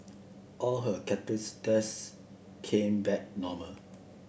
all her cardiac tests came back normal